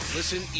Listen